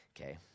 Okay